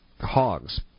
hogs